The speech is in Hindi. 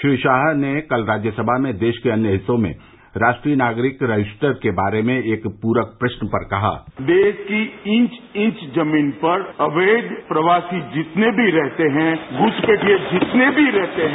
श्री शाह ने कल राज्यसभा में देश के अन्य हिस्सों में राष्ट्रीय नागरिक रजिस्टर के बारे में एक पूरक प्रश्न पर कहा देश की इंच इंच जमीन पर अवैंध प्रवासी जितने भी रहते हैं षुसपैठिये जितने भी रहते हैं